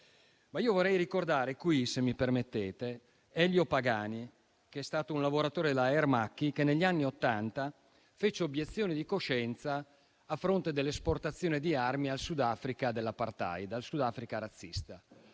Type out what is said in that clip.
legge. Vorrei ricordare in questa sede, se mi permettete, Elio Pagani, che è stato un lavoratore della Aermacchi, che negli anni Ottanta fece obiezione di coscienza a fronte dell'esportazione di armi al Sudafrica dell'apartheid, al Sudafrica razzista.